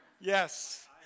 Yes